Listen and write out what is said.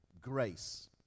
grace